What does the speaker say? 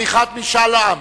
השיפוט והמינהל) (תיקון) (עריכת משאל עם):